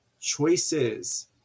choices